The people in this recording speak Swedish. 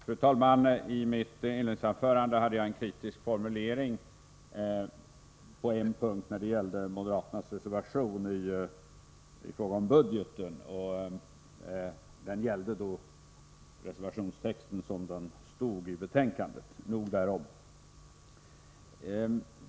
Fru talman! I mitt inledningsanförande hade jag en kritisk formulering när det gällde en punkt i moderaternas reservation 7 om de allmänna riktlinjerna för budgetregleringen. Kritiken gällde reservationstexten som den står i betänkandet. Nog därom.